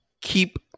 keep